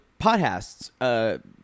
podcasts